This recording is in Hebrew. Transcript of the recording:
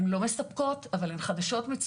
הן לא מספקות, אבל הן חדשות מצויינות.